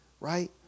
Right